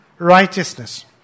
Righteousness